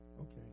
Okay